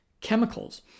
chemicals